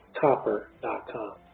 copper.com